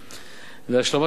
להשלמת הפרטים.